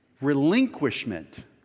relinquishment